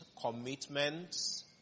commitments